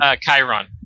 Chiron